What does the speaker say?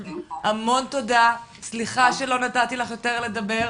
המון תודה וסליחה שלא נתתי לך יותר מזה לדבר.